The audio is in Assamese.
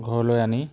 ঘৰলৈ আনি